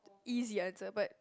easy answer but